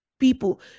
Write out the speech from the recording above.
people